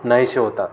नाहीसे होतात